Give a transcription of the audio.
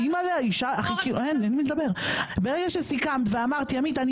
דורית, את אומרת, אם אני